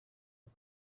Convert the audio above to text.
już